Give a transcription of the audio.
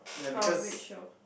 from which show